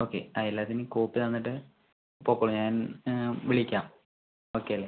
okay ആ എല്ലാത്തിൻ്റെയും copy തന്നിട്ട് പൊയ്ക്കോളൂ ഞാൻ വിളിക്കാം ഓക്കെ അല്ലേ